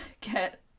get